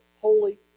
holy